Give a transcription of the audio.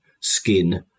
skin